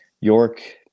York